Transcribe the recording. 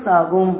6 ஆகும்